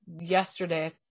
yesterday